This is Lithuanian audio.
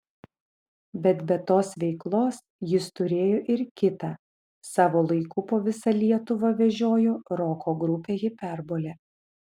bet be tos veiklos jis turėjo ir kitą savo laiku po visą lietuvą vežiojo roko grupę hiperbolė